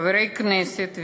חברי כנסת,